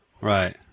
Right